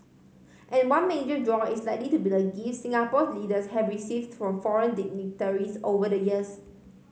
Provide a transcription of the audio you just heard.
and one major draw is likely to be the gifts Singapore's leaders have received from foreign dignitaries over the years